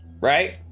Right